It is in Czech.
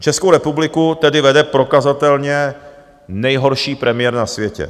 Českou republiku tedy vede prokazatelně nejhorší premiér na světě.